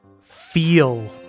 feel